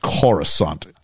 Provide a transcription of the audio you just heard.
Coruscant